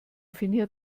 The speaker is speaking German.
finja